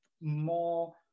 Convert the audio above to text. more